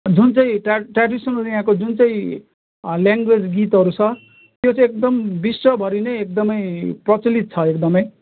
जुन चाहिँ ट्या ट्रेडिसनल यहाँको जुन चाहिँ लेङ्गवेज गीतहरू छ त्यो चाहिँ एकदम विश्वभरि नै एकदमै प्रचलित छ एकदमै